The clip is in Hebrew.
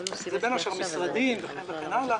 בין השאר משרדים וכן הלאה.